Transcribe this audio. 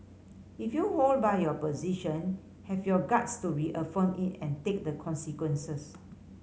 if you hold by your position have your guts to reaffirm it and take the consequences